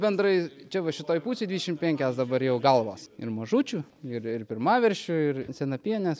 bendrai čia va šitoj pusėj dvidešim penkios dabar jau galvos ir mažučių ir ir pirmaveršių ir senapienės